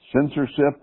Censorship